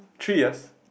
three years